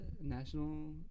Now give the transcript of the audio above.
national